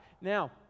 Now